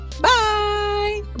bye